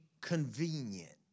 convenient